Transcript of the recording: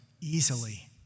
easily